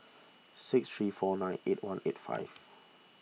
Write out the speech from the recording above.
six three four nine eight one eight five